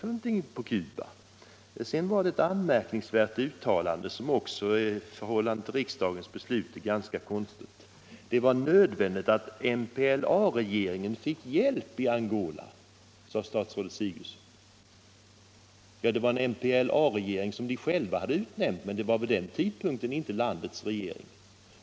Vidare gjorde fru Sigurdsen ett anmärkningsvärt uttalande, som också i förhållande till riksdagens beslut är ganska konstigt. Det var nödvändigt alt MPLA-regeringen fick hjälp i Angola, sade statsrådet Sigurdsen. Det var en MPLA-regering som MPLA själv hade utnämnt, men det var inte landets regering vid den tidpunkten.